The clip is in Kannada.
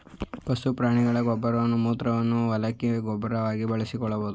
ಪಶು ಪ್ರಾಣಿಗಳ ಗೊಬ್ಬರವನ್ನು ಮೂತ್ರವನ್ನು ಹೊಲಕ್ಕೆ ಗೊಬ್ಬರವಾಗಿ ಬಳಸಿಕೊಳ್ಳಬೋದು